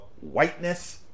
whiteness